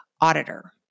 auditor